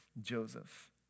Joseph